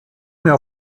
mail